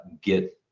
get